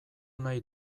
nahi